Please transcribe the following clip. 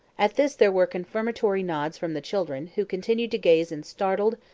at this there were confirmatory nods from the children, who continued to gaze in startled,